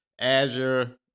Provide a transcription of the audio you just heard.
Azure